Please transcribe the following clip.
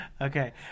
Okay